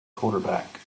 quarterback